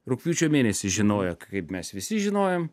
rugpjūčio mėnesį žinojo kaip mes visi žinojom